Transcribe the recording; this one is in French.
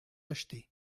acheté